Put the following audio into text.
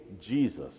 Jesus